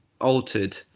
altered